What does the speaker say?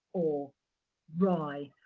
or rye,